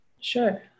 Sure